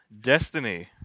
Destiny